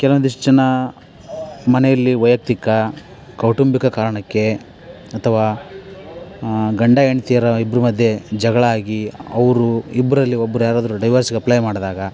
ಕೆಲವೊಂದಿಷ್ಟು ಜನ ಮನೆಯಲ್ಲಿ ವೈಯಕ್ತಿಕ ಕೌಟುಂಬಿಕ ಕಾರಣಕ್ಕೆ ಅಥವಾ ಗಂಡ ಹೆಂಡ್ತಿಯರ ಇಬ್ಬರ ಮಧ್ಯೆ ಜಗಳಾಗಿ ಅವರು ಇಬ್ಬರಲ್ಲಿ ಒಬ್ಬರು ಯಾರಾದರು ಡೈವರ್ಸಿಗೆ ಅಪ್ಲೈ ಮಾಡಿದಾಗ